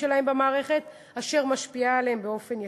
שלהם במערכת אשר משפיע עליהם באופן ישיר.